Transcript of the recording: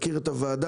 מכיר את הוועדה.